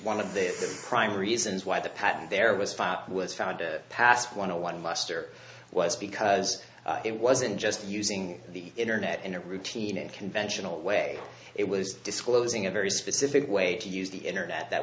one of the prime reasons why the patent there was five was found to pass one to one muster was because it wasn't just using the internet in a routine in a conventional way it was disclosing a very specific way to use the internet that